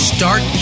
Start